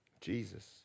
Jesus